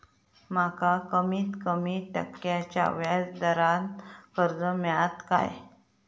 माका कमीत कमी टक्क्याच्या व्याज दरान कर्ज मेलात काय?